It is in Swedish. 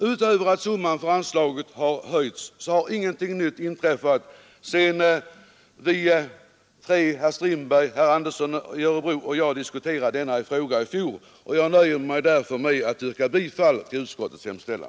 Utöver att anslagsbeloppet har höjts har ingenting nytt inträffat sedan herr Strindberg, herr Andersson i Örebro och jag diskuterade denna fråga i fjol. Jag inskränker mig därför till att yrka bifall till utskottets hemställan.